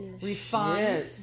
refined